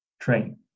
Train